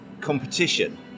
competition